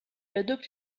adopte